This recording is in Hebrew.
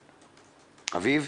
אביב,